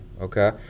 okay